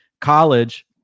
College